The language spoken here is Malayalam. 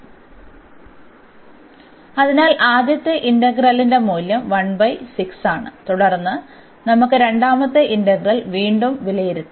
അതിനാൽ ആദ്യത്തെ ഇന്റഗ്രലിന്റെ മൂല്യം ആണ് തുടർന്ന് നമുക്ക് രണ്ടാമത്തെ ഇന്റഗ്രൽ വീണ്ടും വിലയിരുത്താം